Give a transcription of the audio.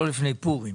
לא לפני פורים.